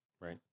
Right